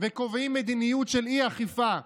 וקובעים מדיניות של אי-אכיפה.